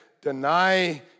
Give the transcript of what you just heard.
deny